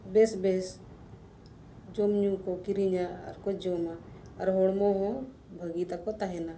ᱵᱮᱥ ᱵᱮᱥ ᱡᱚᱢᱼᱧᱩ ᱠᱚ ᱠᱤᱨᱤᱧᱟ ᱟᱨ ᱠᱚ ᱡᱚᱢᱟ ᱟᱨ ᱦᱚᱲᱢᱚ ᱦᱚᱸ ᱵᱷᱟᱹᱜᱤ ᱛᱟᱠᱚ ᱛᱟᱦᱮᱱᱟ